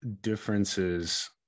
differences